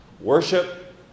Worship